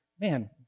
Man